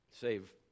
save